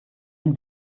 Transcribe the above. ein